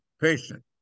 patient